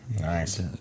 Nice